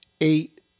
eight